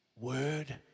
word